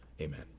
Amen